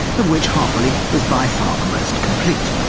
of which harperley is by far the most complete,